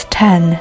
ten